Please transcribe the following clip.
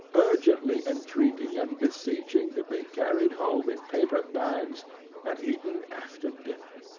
urgently entreating and beseeching to be carried home in paper bags and eaten after dinner.